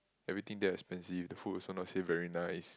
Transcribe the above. everything damn expensive the food also not say very nice